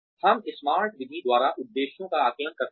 हम स्मार्ट विधि द्वारा उद्देश्यों का आकलन करते हैं